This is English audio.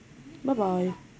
bye bye